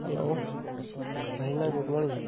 hello ଭାଇନା good morning